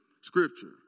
scripture